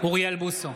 אוריאל בוסו,